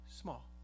Small